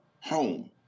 home